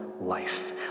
life